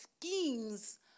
schemes